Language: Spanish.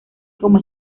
como